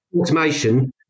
automation